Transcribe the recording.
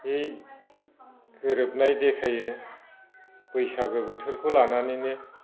बै गोरोबनाय देखायो बैसागो बोथोरखौ लानानैनो